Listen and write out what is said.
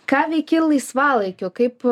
ką veiki laisvalaikiu kaip